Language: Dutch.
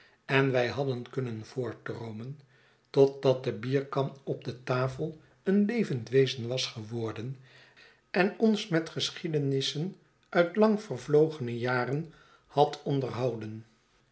en wij hadden kunnen voortdroomen totdat de bierkan op de tafel een levend wezen was geworden en ons met geschiedenissen uit lang vervlogene jaren had onderhouden